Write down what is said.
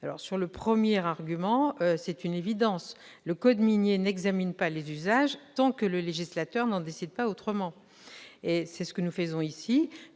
oeuvre. Sur le premier argument, c'est une évidence : le code minier n'examine pas les usages tant que le législateur n'en décide pas autrement, ce que nous faisons ici.